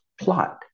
plot